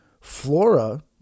flora